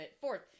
Fourth